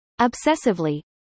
Obsessively